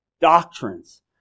doctrines